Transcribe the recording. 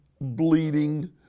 bleeding